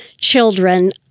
children